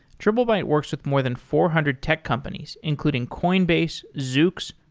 triplebyte works with more than four hundred tech companies, including coinbase, zooks,